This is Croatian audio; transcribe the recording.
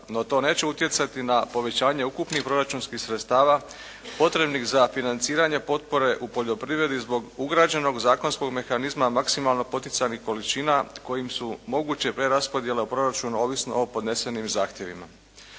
No to neće utjecati na povećanje ukupnih proračunskih sredstava potrebnih za financiranje potpore u poljoprivredi zbog ugrađenog zakonskog mehanizma maksimalno poticanih količina kojim su moguće preraspodjele u proračunu ovisno o podnesenim zahtjevima.